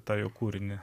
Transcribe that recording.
tą kūrinį